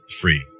Free